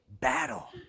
battle